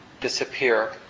disappear